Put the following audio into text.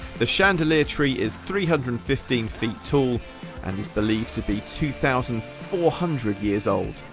the chandelier tree is three hundred and fifteen feet tall and is believed to be two thousand four hundred years old.